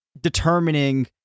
determining